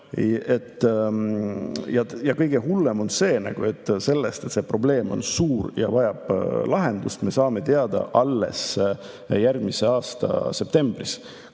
Kõige hullem on see, et sellest, et probleem on suur ja vajab lahendust, saame me teada alles järgmise aasta septembris,